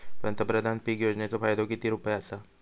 पंतप्रधान पीक योजनेचो फायदो किती रुपये आसा?